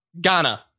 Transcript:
Ghana